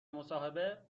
مصاحبه